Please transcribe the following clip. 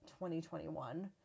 2021